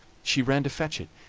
she ran to fetch it,